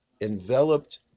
enveloped